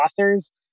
authors